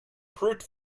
brute